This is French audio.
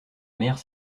mère